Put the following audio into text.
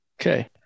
Okay